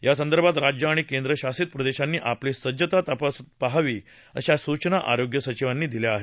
यासंदर्भात राज्य आणि केंद्रशासित प्रदेशांनी आपली सज्जता तपासून पाहावी अशा सूचना आरोग्य सचिवांनी दिल्या आहेत